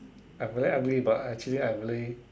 I very ugly but actually I'm really